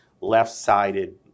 left-sided